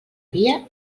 via